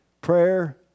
prayer